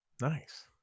nice